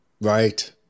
Right